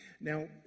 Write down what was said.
Now